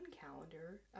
calendar